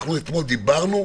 אתמול אנחנו דיברנו,